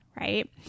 Right